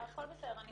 הכול בסדר.